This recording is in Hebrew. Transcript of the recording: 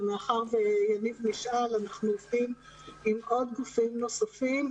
מאחר ויניב נשאר, אנחנו עובדים עם גופים נוספים.